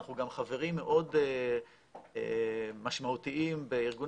אנחנו גם חברים מאוד משמעותיים בארגון